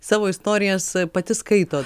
savo istorijas pati skaito